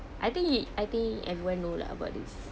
I think he I think everyone know lah about this